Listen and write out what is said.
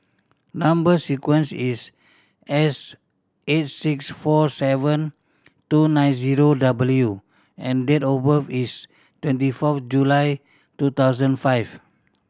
number sequence is S eight six four seven two nine zero W and date of birth is twenty fourth July two thousand five